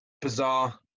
bizarre